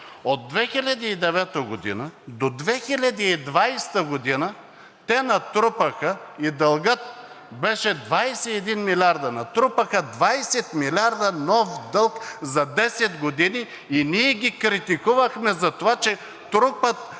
от 2009 г. до 2020 г. те натрупаха 20 милиарда и дългът беше 21 милиарда. Натрупаха 20 милиарда нов дълг за десет години и ние ги критикувахме за това, че трупат